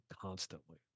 constantly